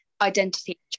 identity